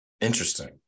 Interesting